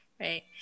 Right